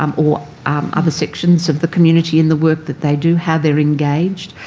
um or um other sections of the community in the work that they do, how they're engaged,